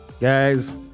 Guys